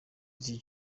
z’iki